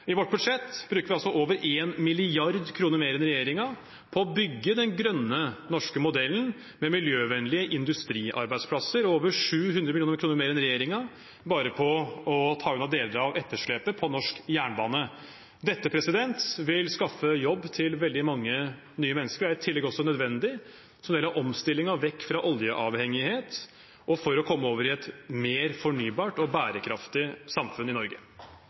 I vårt budsjett bruker vi altså over 1 mrd. kr mer enn regjeringen på å bygge den grønne norske modellen med miljøvennlige industriarbeidsplasser og over 700 mill. kr mer enn regjeringen bare på å ta unna deler av etterslepet på norsk jernbane. Dette vil skaffe jobb til veldig mange nye mennesker og er i tillegg også nødvendig. Så det gjelder å få omstillingen vekk fra oljeavhengighet og å komme over i et mer fornybart og bærekraftig samfunn i Norge.